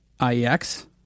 IEX